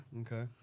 Okay